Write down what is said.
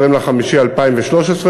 20 במאי 2013,